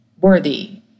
worthy